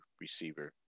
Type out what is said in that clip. receiver